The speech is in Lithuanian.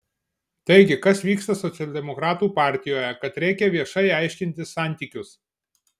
taigi kas vyksta socialdemokratų partijoje kad reikia viešai aiškintis santykius